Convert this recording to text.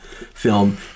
Film